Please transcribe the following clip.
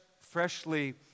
freshly